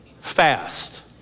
Fast